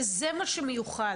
וזה מה שמיוחד.